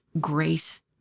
grace